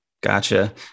Gotcha